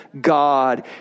God